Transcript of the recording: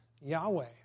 Yahweh